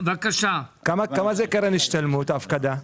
כמה זה קרן השתלמות, ההפקדה?